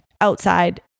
Outside